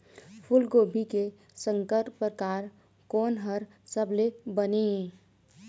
फूलगोभी के संकर परकार कोन हर सबले बने ये?